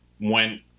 went